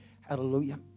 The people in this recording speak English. Hallelujah